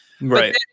Right